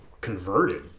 converted